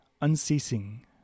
unceasing